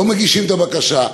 לא מגישים את הבקשה,